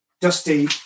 dusty